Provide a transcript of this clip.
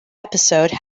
episode